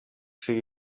sigui